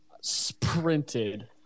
Sprinted